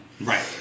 Right